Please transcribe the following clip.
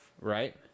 Right